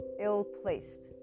ill-placed